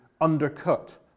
undercut